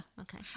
okay